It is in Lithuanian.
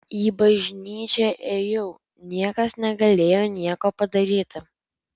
į bažnyčią ėjau niekas negalėjo nieko padaryti